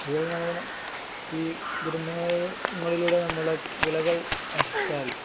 അതുപോലെ നമ്മൾ ഈ ദുരന്തങ്ങളിലൂടെ നമ്മൾ വിളകൾ നശിച്ചാൽ